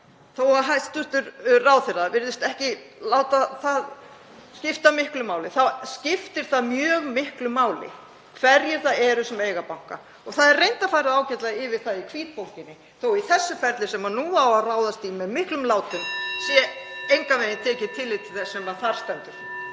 Þó að hæstv. ráðherra virðist ekki láta það skipta miklu máli þá skiptir það mjög miklu máli hverjir það eru sem eiga banka. Það er reyndar farið ágætlega yfir það í hvítbókinni þó að í þessu ferli sem nú á að ráðast í með miklum látum (Forseti hringir.) sé engan veginn tekið tillit til þess sem þar stendur.